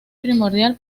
primordial